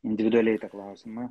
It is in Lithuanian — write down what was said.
individualiai tą klausimą